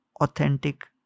authentic